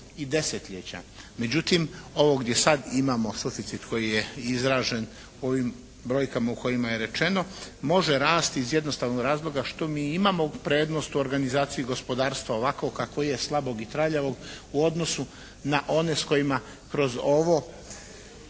i desetljeća. Međutim ovo gdje sad imamo suficit koji je izražen ovim brojkama o kojima je rečeno može rasti iz jednostavnog razloga što imamo prednost u organizaciji gospodarstva ovakvog kakvog je, slabog i traljavog, u odnosu na one s kojima kroz ovo